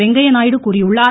வெங்கைய நாயுடு கூறியுள்ளார்